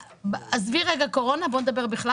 -- עזבי רגע קורונה בואי נדבר בכלל